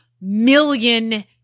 million